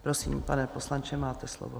Prosím, pane poslanče, máte slovo.